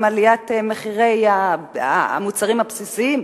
עם עליית מחירי המוצרים הבסיסיים ה"קוטג'"